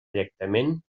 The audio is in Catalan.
directament